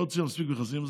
לא הוציאה מספיק נכסים,